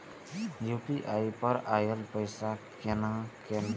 UPI पर आएल पैसा कै कैन?